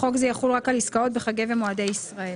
חוק זה יחול רק על עסקאות בחגי ומועדי ישראל.